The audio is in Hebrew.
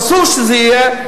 אסור שזה יהיה.